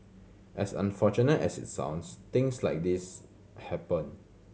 as unfortunate as it sounds things like this happen